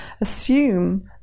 assume